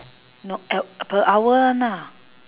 not e~ per hour [one] ah